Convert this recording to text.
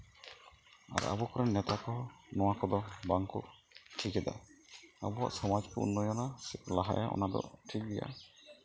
ᱟᱨ ᱟᱵᱚ ᱠᱚᱨᱮᱱ ᱱᱮᱛᱟ ᱠᱚ ᱱᱚᱣᱟ ᱠᱚᱫᱚ ᱵᱟᱝᱠᱚ ᱴᱷᱤᱠ ᱮᱫᱟ ᱟᱵᱚᱣᱟᱜ ᱥᱚᱢᱟᱡᱽ ᱠᱚ ᱩᱱᱱᱚᱭᱚᱱᱚᱟ ᱥᱮᱠᱚ ᱞᱟᱦᱟᱭᱟ ᱚᱱᱟᱫᱚ ᱴᱷᱤᱠ ᱜᱮᱭᱟ